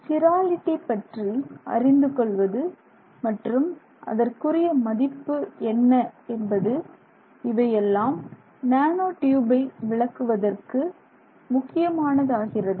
chirality பற்றி அறிந்து கொள்வது மற்றும் அதற்குரிய மதிப்பு என்ன என்பது இவையெல்லாம் நானோ டியூபை விளக்குவதற்கு முக்கியமானதாகிறது